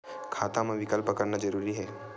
खाता मा विकल्प करना जरूरी है?